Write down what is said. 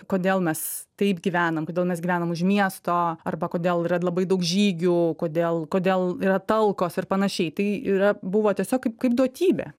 kodėl mes taip gyvenam kodėl mes gyvenam už miesto arba kodėl yra labai daug žygių kodėl kodėl yra talkos ir panašiai tai yra buvo tiesiog kaip kaip duotybė